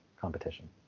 competition